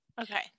Okay